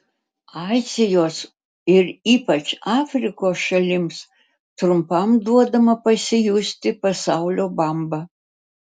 azijos ir ypač afrikos šalims trumpam duodama pasijusti pasaulio bamba